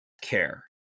Care